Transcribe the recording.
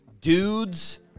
dudes